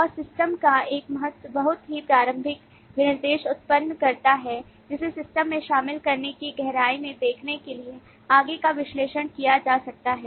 और सिस्टम का एक बहुत ही प्रारंभिक विनिर्देश उत्पन्न करता है जिसे सिस्टम में शामिल करने की गहराई में देखने के लिए आगे का विश्लेषण किया जा सकता है